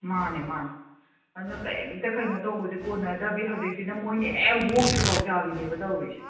ꯃꯥꯅꯦ ꯃꯥꯅꯦ ꯑꯗꯨꯅ ꯀꯔꯤꯝꯇ ꯀꯩꯅꯣ ꯇꯧꯕꯁꯤ ꯀꯣꯟꯅꯗꯕꯤ ꯍꯧꯖꯤꯛꯁꯤꯅ ꯃꯣꯏꯅ ꯍꯦꯛ ꯑꯣꯛꯇ꯭ꯔꯤꯐꯥꯎ ꯆꯥꯕꯤꯅꯦꯕ ꯇꯧꯔꯤꯁꯦ